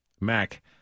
Mac